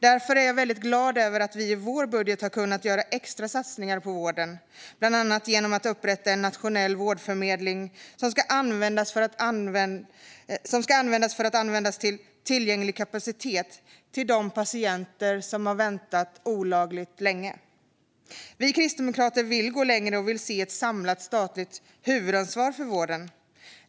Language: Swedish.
Därför är jag väldigt glad över att vi i vår budget har kunnat göra extra satsningar på vården, bland annat genom att upprätta en nationell vårdförmedling för att se till att tillgänglig kapacitet används till de patienter som har väntat olagligt länge. Vi kristdemokrater vill gå längre och vill se ett samlat statligt huvudansvar för vården.